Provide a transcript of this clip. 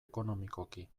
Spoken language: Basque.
ekonomikoki